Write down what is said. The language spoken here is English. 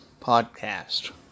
Podcast